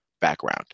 background